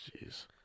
jeez